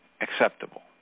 acceptable